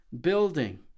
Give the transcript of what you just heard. building